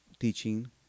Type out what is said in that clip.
Teaching